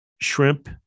shrimp